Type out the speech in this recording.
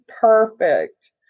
perfect